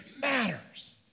matters